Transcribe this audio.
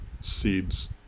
seeds